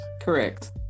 correct